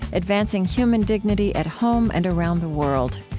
advancing human dignity at home and around the world.